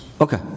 Okay